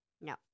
no